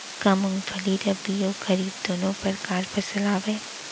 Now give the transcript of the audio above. का मूंगफली रबि अऊ खरीफ दूनो परकार फसल आवय?